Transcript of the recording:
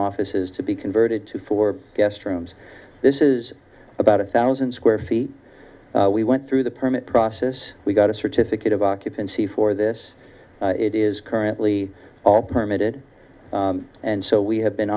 office is to be converted to four guest rooms this is about a thousand square feet we went through the permit process we got a certificate of occupancy for this it is currently all permitted and so we have been